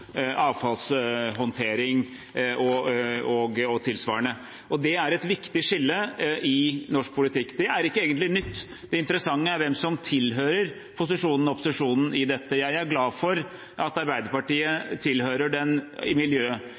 avfallshåndtering og tilsvarende. Det er et viktig skille i norsk politikk. Det er ikke egentlig nytt. Det interessante er hvem som tilhører posisjonen og opposisjonen i dette. Jeg er glad for at Arbeiderpartiet tilhører den